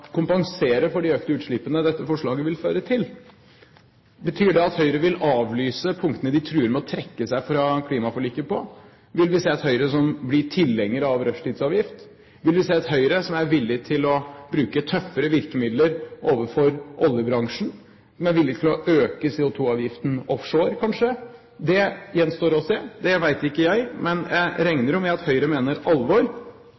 kompensere for de økte utslippene dette forslaget vil føre til. Betyr det at Høyre vil avlyse punktene der de truer med å trekke seg fra klimaforliket? Vil vi se et Høyre som blir tilhenger av rushtidsavgift? Vil vi se et Høyre som er villig til å bruke tøffere virkemidler overfor oljebransjen, som kanskje er villig til å øke CO2-avgiften offshore? Det gjenstår å se. Det vet ikke jeg, men jeg